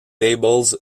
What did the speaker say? labels